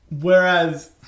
whereas